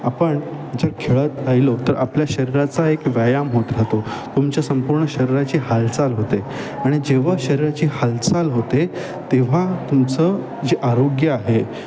आपण जर खेळत राहिलो तर आपल्या शरीराचा एक व्यायाम होत राहतो तुमच्या संपूर्ण शरीराची हालचाल होते आणि जेव्हा शरीराची हालचाल होते तेव्हा तुमचं जे आरोग्य आहे